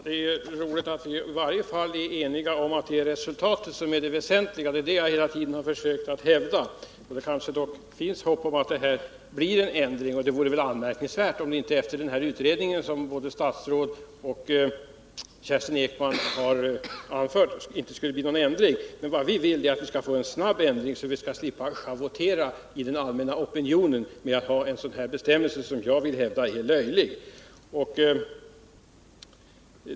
Herr talman! Det är roligt att vi i varje fall är eniga om att det är resultatet som är det väsentliga. Det är det som jag hela tiden har försökt att hävda. Kanske finns det hopp om att det blir en ändring. Det vore väl anmärkningsvärt om det inte skulle bli någon ändring efter den utredning som både vederbörande statsråd och Kerstin Ekman har åberopat. Men vad vi vill är att det skall bli en snabb ändring, så att vi skall slippa att schavottera i den allmänna opinionen med en bestämmelse som jag vill hävda är löjlig.